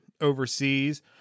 overseas